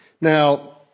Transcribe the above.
Now